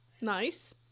Nice